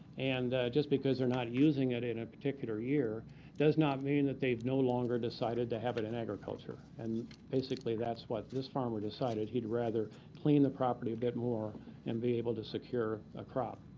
and just because they're not using it in a particular year does not mean that they've no longer decided to have it in agriculture. and basically that's what this farmer decided, he'd rather clean the property a bit more and be able to secure a crop.